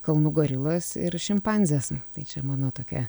kalnų gorilos ir šimpanzės tai čia mano tokia